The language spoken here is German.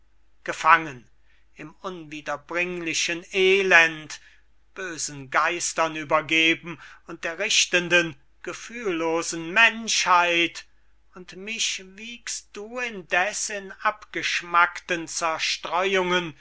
gefangen im unwiederbringlichen elend bösen geistern übergeben und der richtenden gefühllosen menschheit und mich wiegst du indeß in abgeschmackten zerstreuungen